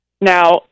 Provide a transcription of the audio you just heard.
Now